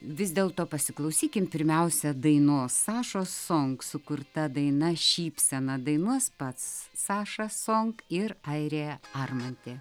vis dėlto pasiklausykim pirmiausia dainos sašos song sukurta daina šypsena dainuos pats saša song ir airė armantė